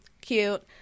cute